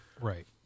Right